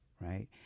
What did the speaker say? right